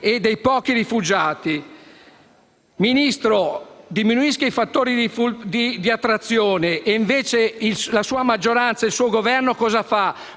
e dei pochi rifugiati. Signor Ministro, diminuisca i fattori di attrazione. Invece, la sua maggioranza e il suo Governo cosa fanno?